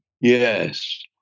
Yes